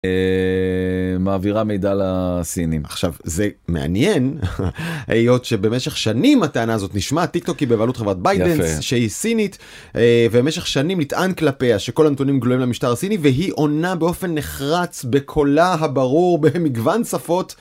מעבירה מידע לסינים עכשיו זה מעניין היות שבמשך שנים הטענה הזאת נשמעה טיק טוקי היא בבעלות חברת ביידנס שהיא סינית. ומשך שנים נטען כלפיה שכל הנתונים גלויים למשטר סיני והיא עונה באופן נחרץ בקולה הברור במגוון שפות.